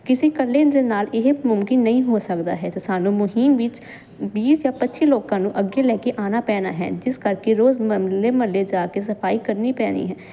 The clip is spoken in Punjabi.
ਕਿਸੀ ਕੱਲੇ ਦੇ ਨਾਲ ਇਹ ਮੁਮਕਿਨ ਨਹੀਂ ਹੋ ਸਕਦਾ ਹੈ ਤੇ ਸਾਨੂੰ ਮੁਹਿਮ ਵਿੱਚ ਵੀਹ ਜਾਂ ਪੱਚੀ ਲੋਕਾਂ ਨੂੰ ਅੱਗੇ ਲੈ ਕੇ ਆਣਾ ਪੈਣਾ ਹੈ ਜਿਸ ਕਰਕੇ ਰੋਜ਼ ਮਹੱਲੇ ਮਹੱਲੇ ਜਾ ਕੇ ਸਫਾਈ ਕਰਨੀ ਪੈਣੀ ਹੈ